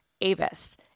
Avis